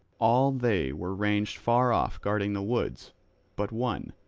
all they were ranged far off guarding the woods but one,